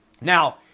Now